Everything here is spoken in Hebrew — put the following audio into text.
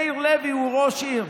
מאיר הלוי הוא ראש עיר,